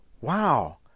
Wow